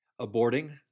Aborting